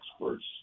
experts